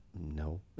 No